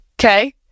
Okay